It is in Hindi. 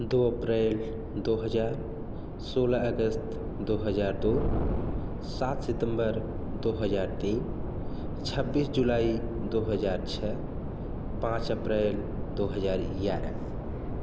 दो अप्रैल दो हज़ार सोलह अगस्त दो हज़ार दो सात सितम्बर दो हज़ार तीन छब्बीस जुलाई दो हज़ार छ पाँच अप्रैल दो हज़ार ग्यारह